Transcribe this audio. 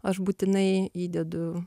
aš būtinai įdedu